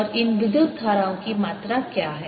और इन विद्युत धाराओं की मात्रा क्या है